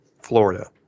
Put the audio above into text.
Florida